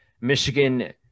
michigan